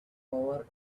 over